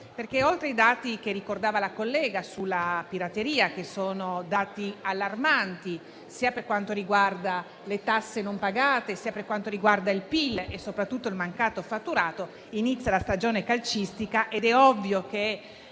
perché, oltre ai dati che la collega ricordava sulla pirateria, che sono allarmanti, sia per quanto riguarda le tasse non pagate, sia per quanto riguarda il PIL e soprattutto il mancato fatturato, inizia a breve la stagione calcistica ed è ovvio che